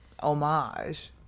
homage